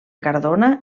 cardona